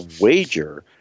wager